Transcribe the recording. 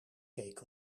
keek